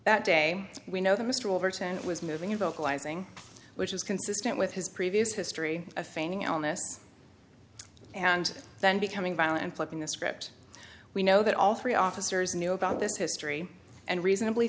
that day we know that mr overton was moving in vocalizing which is consistent with his previous history of feigning elena's and then becoming violent and clipping the script we know that all three officers knew about this history and reasonably